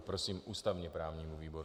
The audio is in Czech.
Prosím ústavněprávní výbor.